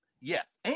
Yes